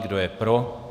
Kdo je pro?